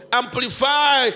amplify